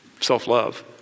self-love